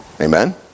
Amen